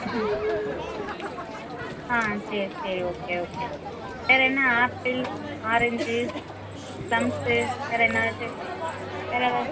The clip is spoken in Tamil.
ஆ ஆ சரி சரி ஓகே ஓகே வேறு என்ன ஆப்பிள் ஆரஞ்சு பிளம்ஸு வேறு என்னவாச்சு வேறு எதா